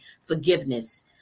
forgiveness